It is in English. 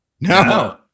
No